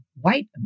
white